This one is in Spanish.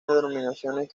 denominaciones